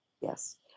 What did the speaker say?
Yes